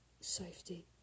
safety